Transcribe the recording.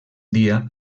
dia